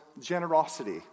generosity